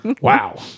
Wow